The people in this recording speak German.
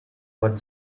wurden